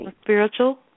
Spiritual